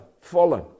fallen